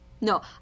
No